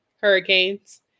hurricanes